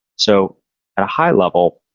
so at a high level,